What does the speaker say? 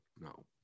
no